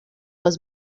was